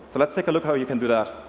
let's take a look how you can do that.